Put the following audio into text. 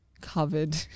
Covered